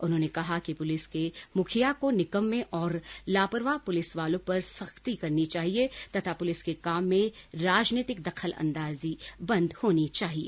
उन्होंने कहा कि पुलिस के मुखिया को निकम्मे और लापरवाह पुलिसवालों पर सख्ती करनी चाहिए तथा पुलिस के काम में राजनैतिक दखलअंदाजी बन्द होनी चाहिए